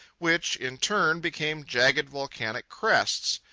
which, in turn, became jagged volcanic crests,